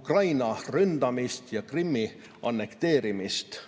Ukraina ründamist ja Krimmi annekteerimist."